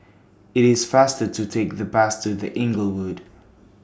IT IS faster to Take The Bus to The Inglewood